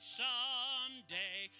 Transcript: someday